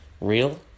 real